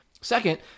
second